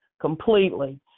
Completely